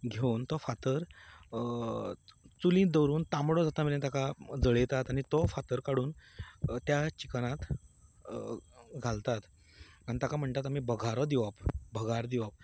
घेवून तो फातर चुलीर दवरून तांबडो जाता मेरेन ताका जळयतात आनी तो फातर काडून त्या चिकनांत घालतात आनी ताका म्हणटात आमी भगारो दिवप भगार दिवप